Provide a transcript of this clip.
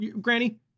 granny